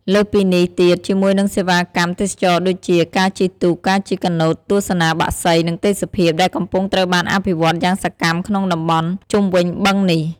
លើសពិនេះទៀតជាមួយនឹងសេវាកម្មទេសចរណ៍ដូចជា ការជិះទូក ការជិះកាណូត ទស្សនាបក្សី និងទេសភាព ដែលកំពុងត្រូវបានអភិវឌ្ឍន៍យ៉ាងសកម្មក្នុងតំបន់ជុំវិញបឹងនេះ។